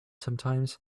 sometimes